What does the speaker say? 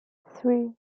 three